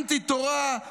אנטי-תורה,